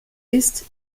ist